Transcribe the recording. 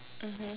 mmhmm